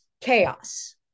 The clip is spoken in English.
chaos